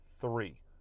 three